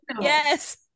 Yes